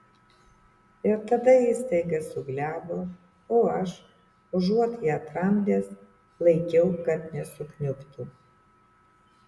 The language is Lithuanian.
ir tada ji staiga suglebo o aš užuot ją tramdęs laikiau kad nesukniubtų